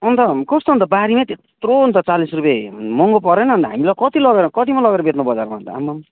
अन्त कस्तो अन्त बारीमै त्यत्रो अन्त चालिस रुपियाँ मँहगो परेन अन्त हामीलाई कति लगेर कतिमा लगेर बेच्नु अन्त बजारमा अन्त आम्माम